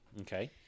Okay